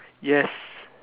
yes